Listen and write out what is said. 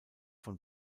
von